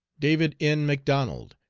david n. mcdonald,